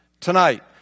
tonight